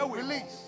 release